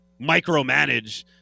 micromanage